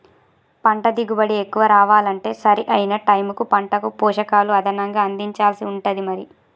పంట దిగుబడి ఎక్కువ రావాలంటే సరి అయిన టైముకు పంటకు పోషకాలు అదనంగా అందించాల్సి ఉంటది మరి